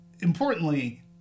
Importantly